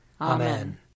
Amen